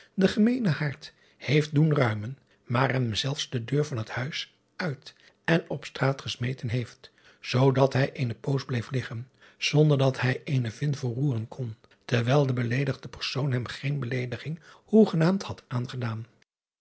den gemeenen haard heeft doen ruimen maar hem zelfs de deur van het huis driaan oosjes zn et leven van illegonda uisman uit en op straat gesmeten heeft zoodat hij eene poos bleef liggen zonder dat hij eene vin verroeren kon terwijl de beleedigde persoon hem geen beleediging hoegenaamd had aangedaan